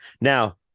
Now